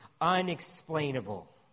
unexplainable